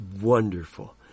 wonderful